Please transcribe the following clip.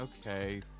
Okay